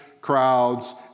crowds